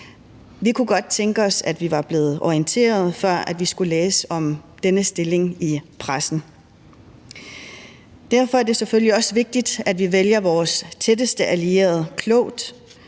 Vi kunne godt tænke os, at vi var blevet orienteret, før vi skulle læse om denne stilling i pressen. Derfor er det selvfølgelig også vigtigt, at vi vælger vores tætteste allierede klogt.